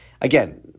again